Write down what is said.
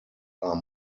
are